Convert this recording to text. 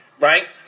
right